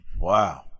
wow